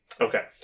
Okay